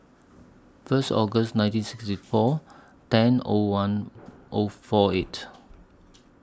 First August nineteen sixty four ten O one O four eight